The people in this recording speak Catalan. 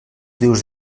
dius